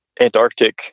Antarctic